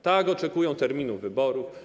Tak, oczekują terminu wyborów.